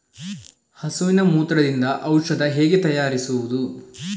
ಹಸುವಿನ ಮೂತ್ರದಿಂದ ಔಷಧ ಹೇಗೆ ತಯಾರಿಸುವುದು?